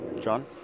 John